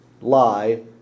lie